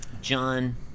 John